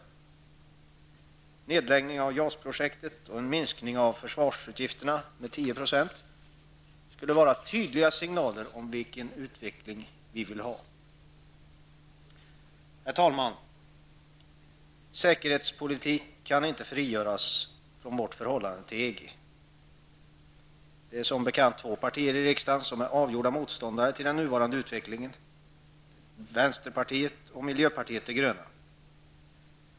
En nedläggning av JAS-projektet och en minskning av försvarsutgifterna med 10 % skulle vara tydliga signaler om vilken utveckling vi vill ha. Herr talman! Säkerhetspolitiken kan inte frigöras från vårt förhållande till EG. Två partier i riksdagen är, som bekant, avgjorda motståndare till den nuvarande utvecklingen, nämligen vänsterpartiet och miljöpartiet de gröna.